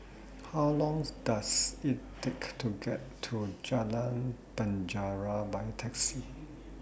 How longs Does IT Take to get to Jalan Penjara By Taxi